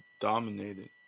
dominated